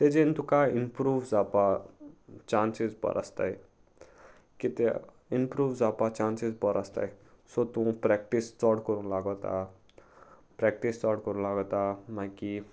तेजेन तुका इम्प्रूव जावपा चांसीस बरो आसताय कित्या इम्प्रूव जावपा चान्सीस बरो आसताय सो तूं प्रॅक्टीस चड करूं लागता प्रॅक्टीस चड करूं लागता मागीर